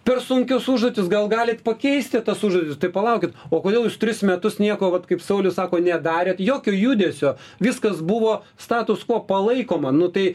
per sunkios užduotys gal galit pakeisti tas užduotis tai palaukit o kodėl jūs tris metus nieko vat kaip saulius sako nedarėt jokio judesio viskas buvo statūs kvo palaikoma nu tai